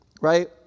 Right